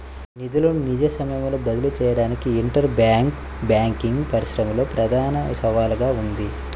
నిధులను నిజ సమయంలో బదిలీ చేయడానికి ఇంటర్ బ్యాంక్ బ్యాంకింగ్ పరిశ్రమలో ప్రధాన సవాలుగా ఉంది